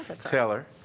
taylor